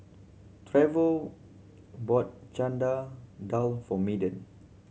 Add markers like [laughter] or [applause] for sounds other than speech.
Trevor bought [unintelligible] Dal for medium